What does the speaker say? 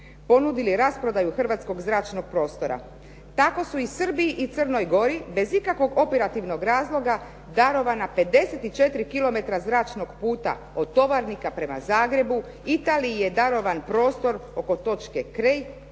ponudili rasprodaju hrvatskog zračnog prostora. Tako su i Srbiji i Crnoj Gori bez ikakvog operativnog razloga darovana 54 kilometra zračnog puta od Tovarnika prema Zagrebu. Italiji je darovan prostor oko točke